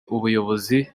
ubuyobozi